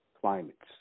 climates